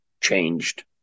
changed